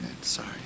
sorry